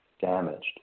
damaged